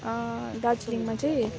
दार्जिलिङमा चाहिँ